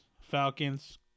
Falcons